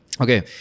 Okay